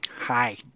Hi